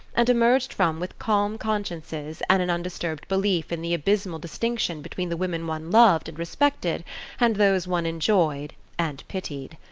and emerged from with calm consciences and an undisturbed belief in the abysmal distinction between the women one loved and respected and those one enjoyed and pitied.